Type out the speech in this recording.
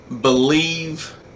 believe